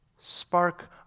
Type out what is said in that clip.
spark